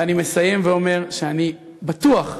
ואני מסיים ואומר שאני בטוח,